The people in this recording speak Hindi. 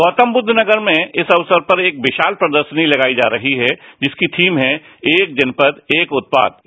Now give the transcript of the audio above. गौतम बुद्ध नगर जनपद में इस अवसर पर एक विशाल प्रदर्शनी लगाई जा रही है जिसकी थीम है श्र्क जनपद एक उत्पादर